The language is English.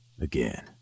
again